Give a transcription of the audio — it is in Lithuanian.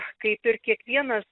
kaip ir kiekvienas